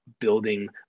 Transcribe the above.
building